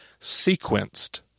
sequenced